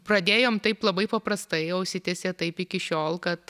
pradėjom taip labai paprastai o užsitęsė taip iki šiol kad